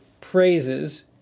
praises